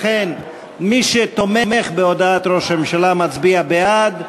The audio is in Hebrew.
לכן מי שתומך בהודעת ראש הממשלה מצביע בעד,